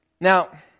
Now